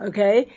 Okay